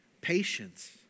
patience